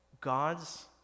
God's